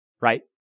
right